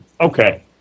Okay